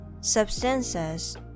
substances